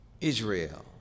Israel